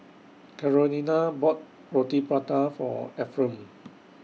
Carolina bought Roti Prata For Efrem